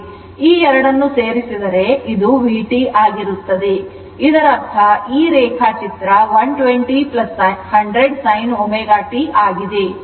ಈ ಎರಡನ್ನು ಸೇರಿಸಿದರೆ ಇದು vt ಆಗಿರುತ್ತದೆ ಇದರರ್ಥ ಈ ಒಂದು ರೇಖಾಚಿತ್ರ 120 100 sin ω t ಆಗಿದೆ